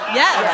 yes